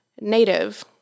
native